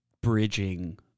bridging